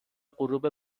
غروب